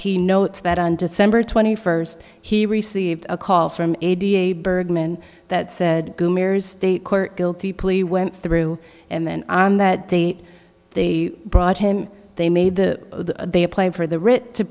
he notes that on december twenty first he received a call from a d a bergman that said state court guilty plea went through and then on that date they brought him they made the they apply for the writ to